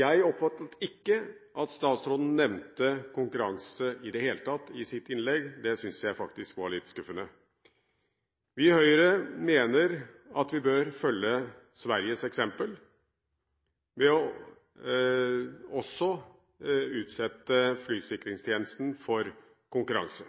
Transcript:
Jeg oppfattet ikke at statsråden nevnte konkurranse i det hele tatt i sitt innlegg. Det syntes jeg faktisk var litt skuffende. Vi i Høyre mener at vi bør følge Sveriges eksempel med å utsette også flysikringstjenesten for konkurranse.